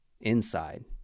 inside